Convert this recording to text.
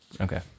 Okay